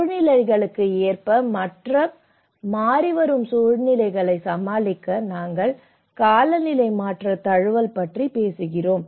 சூழ்நிலைகளுக்கு ஏற்ப மற்றும் மாறிவரும் சூழ்நிலைகளை சமாளிக்க நாங்கள் காலநிலை மாற்ற தழுவல் பற்றி பேசுகிறோம்